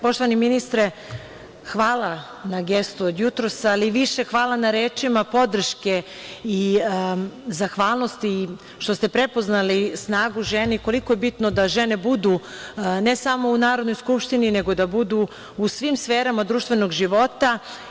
Poštovani ministre, hvala na gestu od jutros, ali više hvala na rečima podrške i zahvalnosti i što ste prepoznali snagu u ženi i koliko je bitno da žene budu ne samo u Narodnoj skupštini, nego da budu u svim sferama društvenog života.